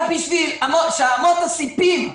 רק בשביל שאמות הספים,